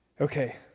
Okay